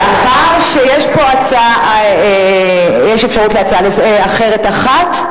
מאחר שיש פה אפשרות להצעה אחרת אחת,